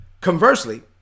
Conversely